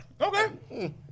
okay